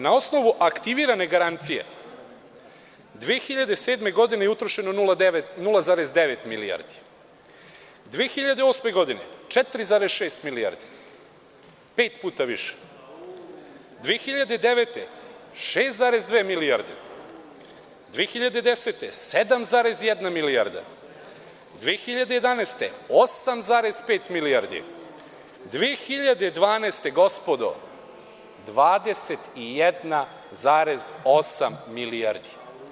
Na osnovu aktivirane garancije, 2007. godine je utrošeno 0,9 milijardi, 2008. godine 4,6 milijardi, pet puta više, 2009. godine 6,2 milijarde, 2010. godine 7,1 milijarda, 2011. godine 8,5 milijardi, 2012. godine 21,8 milijardi.